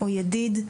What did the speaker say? או ידיד,